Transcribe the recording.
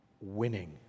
winning